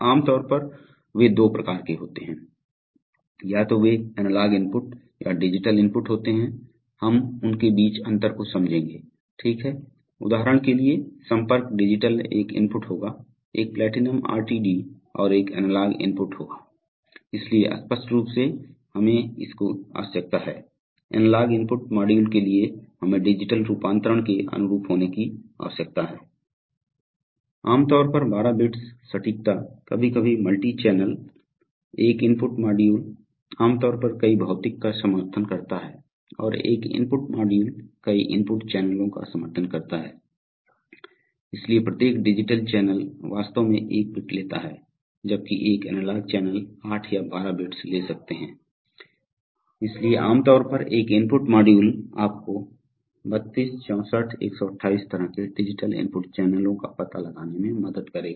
आम तौर पर वे दो प्रकार के होते हैं या तो वे एनालॉग इनपुट या डिजिटल इनपुट होते हैं हम उनके बीच अंतर को समझेंगे ठीक है उदाहरण के लिए संपर्क डिजिटल एक इनपुट होगा एक प्लैटिनम आरटीडी और एक एनालॉग इनपुट होगा इसलिए स्पष्ट रूप से हमें इसकी आवश्यकता है एनालॉग इनपुट मॉड्यूल के लिए हमें डिजिटल रूपांतरण के अनुरूप होने की आवश्यकता है आमतौर पर 12 बिट्स सटीकता कभी कभी मल्टी चैनल एक इनपुट मॉड्यूल आमतौर पर कई भौतिक का समर्थन करता है और एक इनपुट मॉड्यूल कई इनपुट चैनलों का समर्थन करता है इसलिए प्रत्येक डिजिटल चैनल वास्तव में एक बिट लेता है जबकि एक एनालॉग चैनल आठ या बारह बिट्स ले सकते हैं इसलिए आमतौर पर एक इनपुट मॉड्यूल आपको 32 64 128 तरह के डिजिटल इनपुट चैनलों का पता लगाने में मदद करेगा